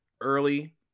early